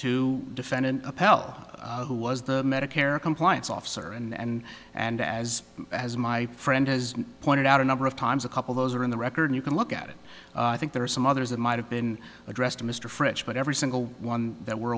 to defendant appelle who was the medicare compliance officer and and as as my friend has pointed out a number of times a couple those are in the record you can look at it i think there are some others that might have been addressed to mr fritsch but every single one that we're